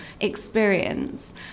experience